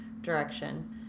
direction